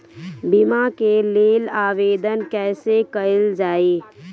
बीमा के लेल आवेदन कैसे कयील जाइ?